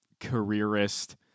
careerist